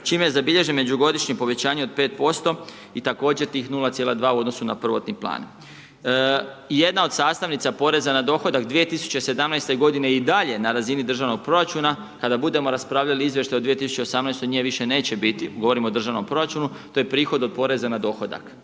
čime je zabilježeno međugodišnje povećanje od 5% i također tih 0,2% u odnosu na prvotni plan. Jedna od sastavnica Poreza na dohodak 2017. godine je i dalje na razini državnog proračuna. Kada budemo raspravljali o Izvještaju 2018. nje više neće biti. Govorimo o državnom proračunu. To je prihod od poreza na dohodak.